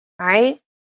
Right